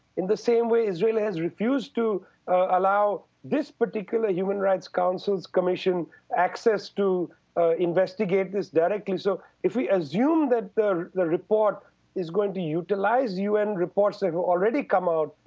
in the same way israel has refused to allow this particular human rights council's commission access to investigate this directly. so if we assume that the the report is going to utilize un reports that have already come out,